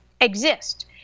exist